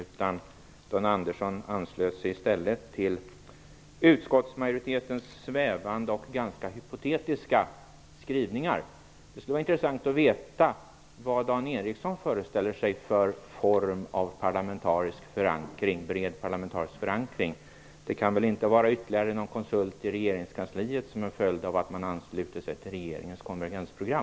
Dan Ericsson anslöt sig i stället till utskottsmajoritetens svävande och ganska hypotetiska skrivningar. Det skulle vara intressant att veta vad Dan Ericsson föreställer sig för form av bred parlamentarisk förankring. Det kan väl inte vara ytterligare någon konsult i regeringskansliet som en följd av att man ansluter sig till regeringens konvergensprogram?